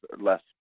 less